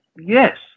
Yes